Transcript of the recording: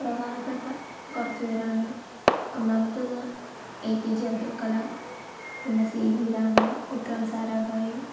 പ്രധാനപ്പെട്ട കുറച്ചു പേരാണ് ഒന്നമത്തേത് ഏ പി ജെ അബ്ദുൾക്കലാം പിന്നെ സീ വീ രാമൻ വിക്രം സരാഭായി